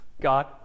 God